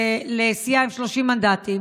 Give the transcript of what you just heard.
לסיעה עם 30 מנדטים.